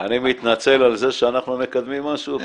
אני מתנצל שאנחנו מקדמים משהו פה,